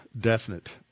definite